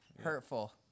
hurtful